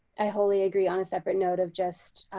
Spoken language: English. i wholly agree on a separate note of just